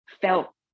felt